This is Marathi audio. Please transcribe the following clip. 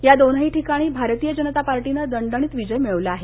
या दोनही ठिकाणी भारतीय जनता पार्टीनं दणदणीत विजय मिळवला आहे